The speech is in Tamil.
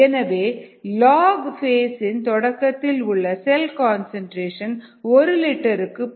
எனவே லாக் ஃபேஸ் இன் தொடக்கத்தில் உள்ள செல் கன்சன்ட்ரேஷன் ஒரு லிட்டருக்கு 0